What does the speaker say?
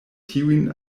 tiun